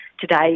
today